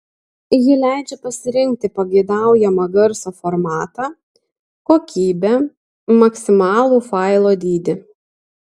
ji leidžia pasirinkti pageidaujamą garso formatą kokybę maksimalų failo dydį